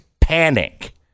panic